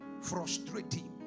Frustrating